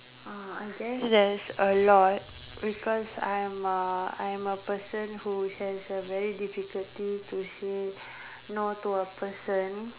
oh I guess there's a lot because I am a I am a person who has a very difficulty to say no to a person